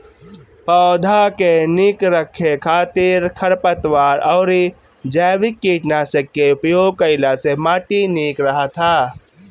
पौधा के निक रखे खातिर खरपतवार अउरी जैविक कीटनाशक के उपयोग कईला से माटी निक रहत ह